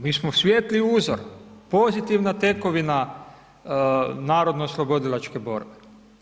Mi smo svijetli uzor, pozitivna tekovina narodno oslobodilačke borbe.